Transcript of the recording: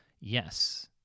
yes